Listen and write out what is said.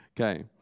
Okay